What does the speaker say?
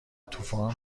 طوفان